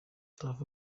tuff